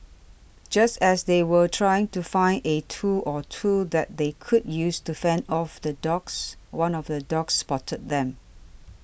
just as they were trying to find a tool or two that they could use to fend off the dogs one of the dogs spotted them